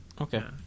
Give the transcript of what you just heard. Okay